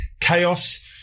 chaos